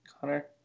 Connor